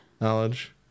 Knowledge